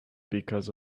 because